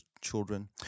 children